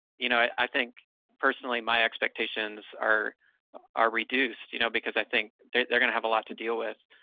you know, i i think personally my expectations are are reduced, you know, because i think they're they're gonna have a lot to deal with,